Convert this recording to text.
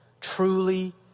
Truly